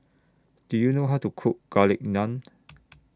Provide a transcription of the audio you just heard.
Do YOU know How to Cook Garlic Naan